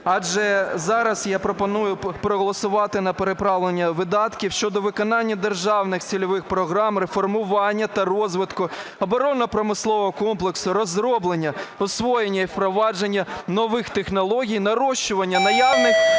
Адже зараз я пропоную проголосувати на переправлення видатків щодо виконання державних цільових програм реформування та розвитку оборонно-промислового комплексу, розроблення, освоєння і впровадження нових технологій, нарощування наявних